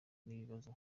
n’ibibazo